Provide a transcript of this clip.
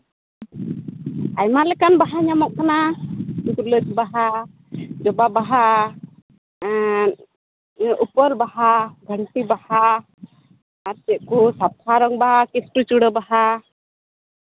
ᱟᱭᱢᱟ ᱞᱮᱠᱟᱱ ᱵᱟᱦᱟ ᱧᱟᱢᱚᱜ ᱠᱟᱱᱟ ᱜᱩᱞᱟᱹᱪ ᱵᱟᱦᱟ ᱡᱚᱵᱟ ᱵᱟᱦᱟ ᱩᱯᱟᱹᱞ ᱵᱟᱦᱟ ᱜᱷᱟᱱᱴᱤ ᱵᱟᱦᱟ ᱟᱨ ᱪᱮᱫ ᱠᱚ ᱥᱟᱯᱷᱟᱨᱚᱢ ᱵᱟᱦᱟ ᱠᱷᱤᱥᱴᱟᱹᱪᱩᱲᱟ ᱵᱟᱦᱟ